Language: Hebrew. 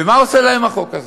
ומה עושה להם החוק הזה,